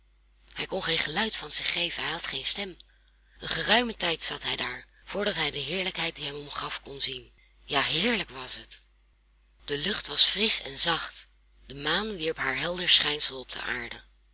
hij kon geen geluid van zich geven hij had geen stem een geruimen tijd zat hij daar voordat hij de heerlijkheid die hem omgaf kon zien ja heerlijk was het de lucht was frisch en zacht de maan wierp haar helder schijnsel op de aarde